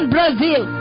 Brazil